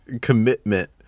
commitment